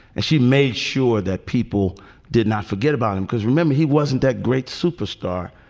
and she made sure that people did not forget about him because remember, he wasn't that great superstar,